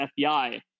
FBI